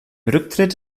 rücktritt